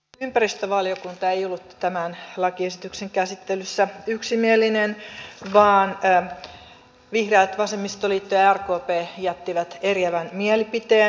ympäristövaliokunta ei ollut tämän lakiesityksen käsittelyssä yksimielinen vaan vihreät vasemmistoliitto ja rkp jättivät eriävän mielipiteen